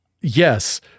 Yes